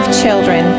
children